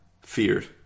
feared